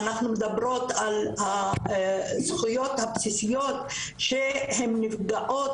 אנחנו מדברות על הזכויות הבסיסיות שהן נפגעות